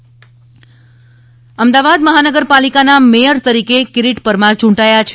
Bhajap mayor Ahmedabad મહાનગર પાલિકાના mayor તરીકે કિરીટ પરમાર યુંટાથા છે